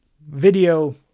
video